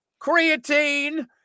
creatine